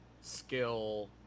skill